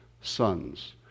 sons